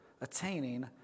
attaining